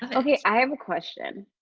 ah okay. i have a question.